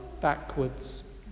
backwards